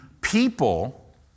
people